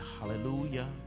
Hallelujah